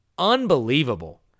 Unbelievable